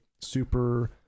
super